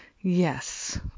Yes